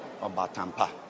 obatampa